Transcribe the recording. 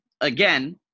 again